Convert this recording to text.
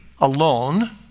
alone